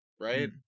Right